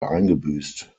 eingebüßt